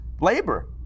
labor